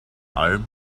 alm